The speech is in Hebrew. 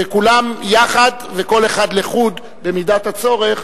שכולם יחד וכל אחד לחוד במידת הצורך,